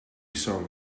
song